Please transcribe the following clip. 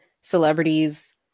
celebrities